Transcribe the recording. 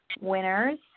winners